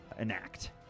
enact